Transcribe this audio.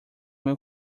meu